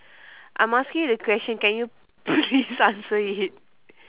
I'm asking you the question can you please answer it